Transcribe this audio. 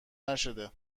نشده